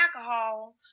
alcohol